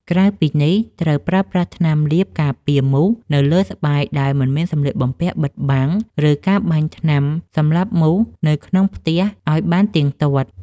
ក្រៅពីនេះ ត្រូវប្រើប្រាស់ថ្នាំលាបការពារមូសនៅលើស្បែកដែលមិនមានសម្លៀកបំពាក់បិទបាំង ឬការបាញ់ថ្នាំសម្លាប់មូសនៅក្នុងផ្ទះឱ្យបានទៀងទាត់។